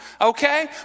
Okay